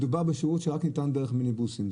מדובר בשירות שניתן רק דרך מיניבוסים.